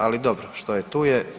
Ali dobro, što je tu je.